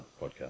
podcast